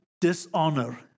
dishonor